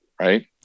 right